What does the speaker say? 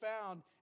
found